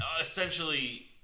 essentially